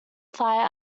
fire